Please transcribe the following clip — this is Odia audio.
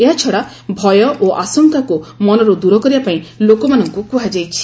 ଏହାଛଡ଼ା ଭୟ ଓ ଆଶଙ୍କାକୁ ମନରୁ ଦୂର କରିବା ପାଇଁ ଲୋକମାନଙ୍କୁ କୁହାଯାଇଛି